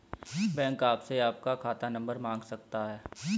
bank आपसे आपका खाता नंबर मांग सकता है